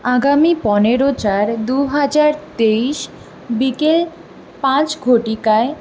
আগামী পনেরো চার দু হাজার তেইশ বিকেল পাঁচ ঘটিকায়